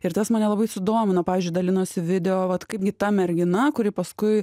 ir tas mane labai sudomino pavyzdžiui dalinosi video vat kaip gi ta mergina kuri paskui